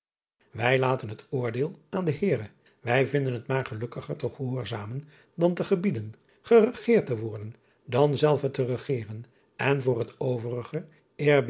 ij laten het oordeel aan den eere ij vinden het maar gelukkiger te gehoorzamen dan te gebieden geregeerd te worden dan zelve te regeren en voor het overige